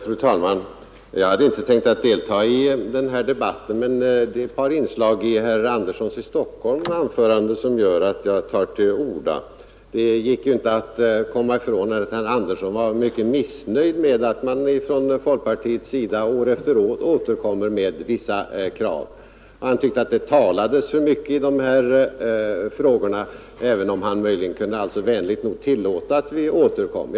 Fru talman! Jag hade inte tänkt delta i den här debatten, men det var ett par inslag i herr Anderssons i Stockholm anförande som gör att jag tar till orda. Det går inte att komma ifrån att herr Andersson var mycket missnöjd med att folkpartiet år efter år återkommer med vissa krav. Han tyckte att det talades för mycket i de här frågorna, även om han möjligen vänligt nog kunde tillåta att vi återkom med dem.